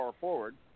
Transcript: forward